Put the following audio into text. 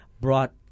brought